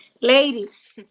Ladies